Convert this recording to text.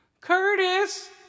Curtis